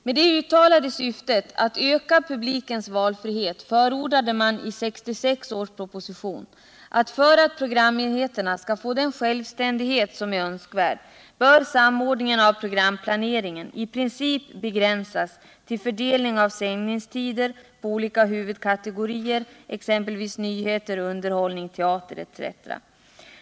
Med det uttalade syftet att öka publikens valfrihet förordade man i 1966 års proposition, att för att programenheterna skall få den självständighet som är önskvärd bör samordningen av programplaneringen i princip begränsas till fördelning av sändningstider på olika huvudkategorier, exempelvis nyheter, underhållning, teater etc.